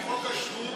חוק השבות